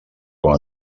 com